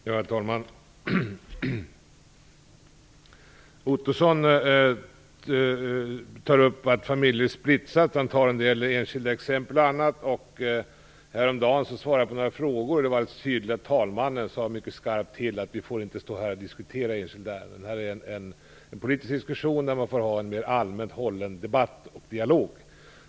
Herr talman! Roy Ottosson tar upp att familjer splittras och nämner en del enskilda fall. Häromdagen när jag svarade på frågor sade talmannen till, mycket tydligt, att vi inte får diskutera enskilda ärenden här. Det här är en politisk diskussion där man får hålla en mer allmän debatt och dialog.